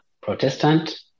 Protestant